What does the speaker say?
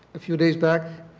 a few days back.